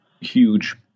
huge